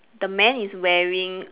the man is wearing